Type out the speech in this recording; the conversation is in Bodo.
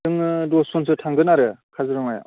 जोङो दसजनसो थांगोन आरो काजिरङायाव